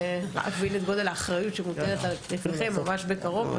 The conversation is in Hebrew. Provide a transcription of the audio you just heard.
כדי להבין את גודל האחריות שמוטלת על כתפיכם ממש בקרוב,